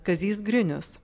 kazys grinius